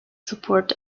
support